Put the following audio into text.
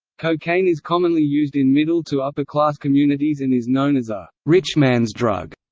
cocaine is commonly used in middle to upper-class communities and is known as a rich man's drug.